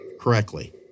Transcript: correctly